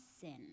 sin